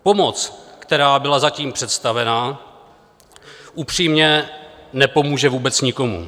Pomoc, která byla zatím představena, upřímně nepomůže vůbec nikomu.